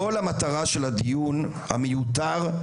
כל המטרה של הדיון המיותר,